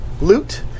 loot